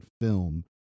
film